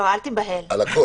על הכול